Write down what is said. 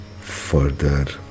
further